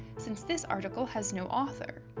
since this article has no author.